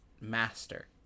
master